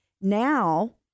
Now